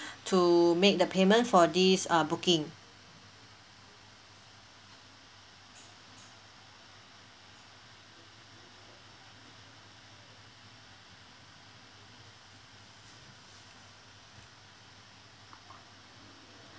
to make the payment for these err booking